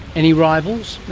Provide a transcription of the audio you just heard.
any rivals